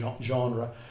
genre